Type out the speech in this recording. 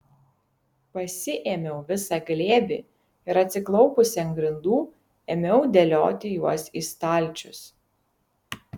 pasiėmiau visą glėbį ir atsiklaupusi ant grindų ėmiau dėlioti juos į stalčius